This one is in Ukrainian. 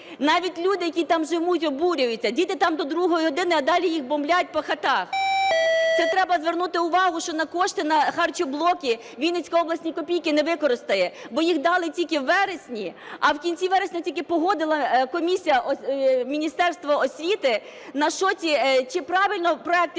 Навіть люди, які там живуть, обурюються. Діти там до другої години, а далі їх бомблять по хатах. Це треба звернути увагу, що кошти на харчоблоки Вінницька область ні копійки не використає, бо їх дали тільки у вересні, а в кінці вересня тільки погодила комісія Міністерства освіти, на що ці... чи правильно проєкти